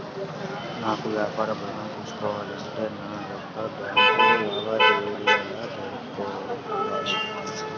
నాకు వ్యాపారం ఋణం తీసుకోవాలి అంటే నా యొక్క బ్యాంకు లావాదేవీలు ఎలా జరుపుకోవాలి?